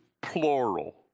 plural